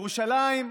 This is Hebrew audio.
ירושלים,